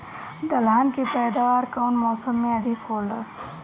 दलहन के पैदावार कउन मौसम में अधिक होखेला?